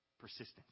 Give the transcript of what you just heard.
persistence